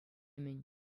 мӗн